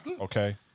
okay